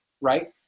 right